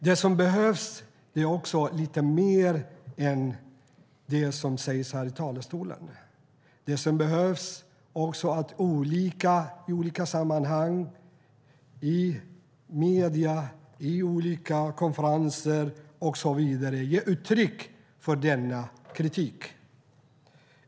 Men det behövs lite mer än det som sägs här i talarstolen. Det behövs att man i olika sammanhang, i medierna, i olika konferenser och så vidare ger uttryck för denna kritik.